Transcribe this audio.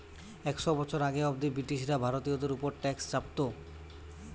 একশ বছর আগে অব্দি ব্রিটিশরা ভারতীয়দের উপর ট্যাক্স চাপতো